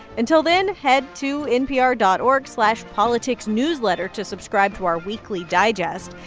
until then, head to npr dot org slash politicsnewsletter to subscribe to our weekly digest.